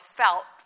felt